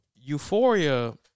Euphoria